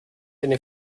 eine